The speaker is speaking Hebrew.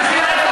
בבקשה, אדוני.